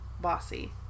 bossy